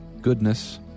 goodness